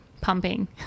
pumping